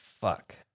Fuck